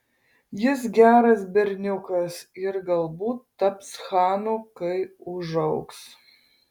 jis geras berniukas ir galbūt taps chanu kai užaugs